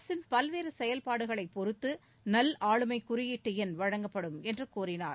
அரசின் பல்வேறு செயல்பாடுகளைப் பொறுத்து நல்ஆளுமை குறியீட்டு எண் வழங்கப்படும் என்று கூறினார்